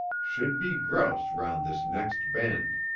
should be grouse round this next bend.